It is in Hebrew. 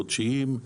חודשיים,